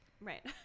Right